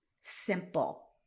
simple